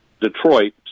Detroit